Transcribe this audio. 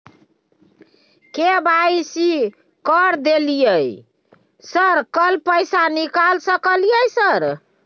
KYC कर दलियै sir कल पैसा निकाल सकलियै सर?